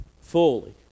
fully